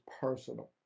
personal